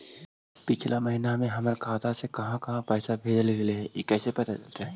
पिछला महिना हमर खाता से काहां काहां पैसा भेजल गेले हे इ कैसे पता चलतै?